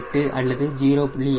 8 அல்லது 0